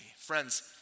friends